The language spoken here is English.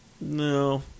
No